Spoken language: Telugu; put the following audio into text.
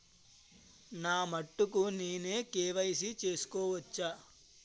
నా మటుకు నేనే కే.వై.సీ చేసుకోవచ్చా?